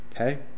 Okay